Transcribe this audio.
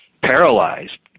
paralyzed